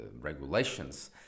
regulations